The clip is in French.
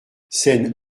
scène